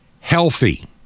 healthy